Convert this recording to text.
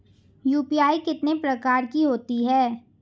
UPI कितने प्रकार की होती हैं?